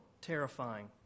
terrifying